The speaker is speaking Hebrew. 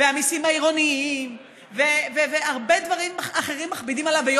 והמיסים העירוניים והרבה דברים אחרים מכבידים עליו,